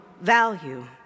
value